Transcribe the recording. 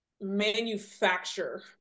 manufacture